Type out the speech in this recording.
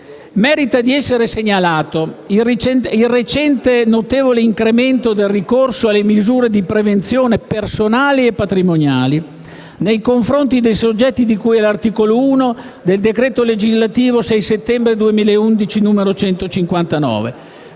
«merita di essere segnalato il recente notevole incremento del ricorso alle misure di prevenzione personali e patrimoniali nei confronti dei soggetti di cui all'articolo 1 del decreto legislativo 6 settembre 2011 n. 159.